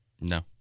No